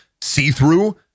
see-through